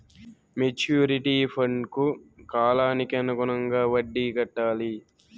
maturity ఫండ్కు కాలానికి అనుగుణంగా వడ్డీ కట్టాలి